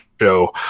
show